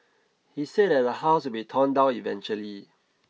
he said that the house will be torn down eventually